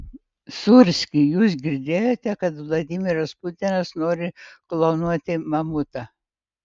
sūrski jūs girdėjote kad vladimiras putinas nori klonuoti mamutą